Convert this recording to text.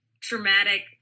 traumatic